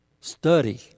Study